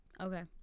Okay